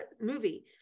movie